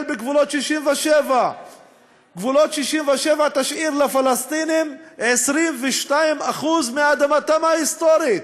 בגבולות 67'. גבולות 67' ישאירו לפלסטינים 22% מאדמתם ההיסטורית.